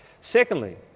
Secondly